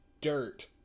dirt